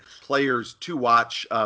players-to-watch